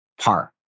par